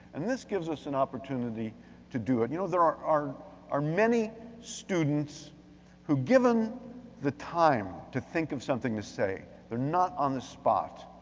and this gives us an opportunity to do it. you know, there are are many students who've given the time to think of something to say, they're not on the spot.